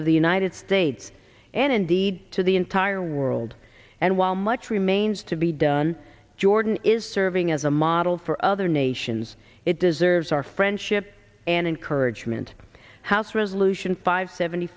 of the united states and indeed to the entire world and while much remains to be done jordan is serving as a model for other nations it deserves our friendship and encouragement house resolution five seventy